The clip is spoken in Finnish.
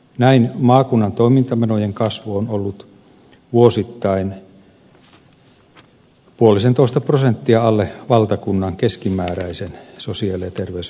näin maakunnan toimintamenojen kasvu on ollut vuosittain puolisentoista prosenttia alle valtakunnan keskimääräisen sosiaali ja terveysmenojen kasvun